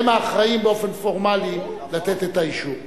שהם האחראים באופן פורמלי לתת את האישור.